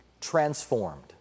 transformed